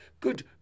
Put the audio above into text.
good